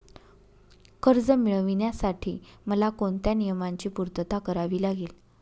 कर्ज मिळविण्यासाठी मला कोणत्या नियमांची पूर्तता करावी लागेल?